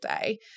day